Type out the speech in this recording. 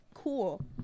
Cool